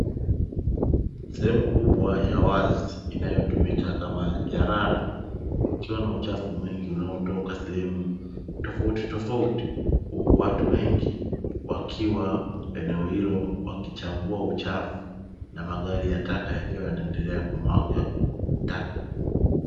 Sehemu kubwa ya wazi inayotumika kama jalala ikiwa na uchafu mwingi unaotoka sehemu tofautitofauti, huku watu wengi wakiwa eneo hilo wakichambua uchafu na magari ya taka yakiwa yanaendelea kumwaga taka.